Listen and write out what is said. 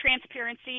transparency